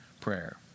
prayer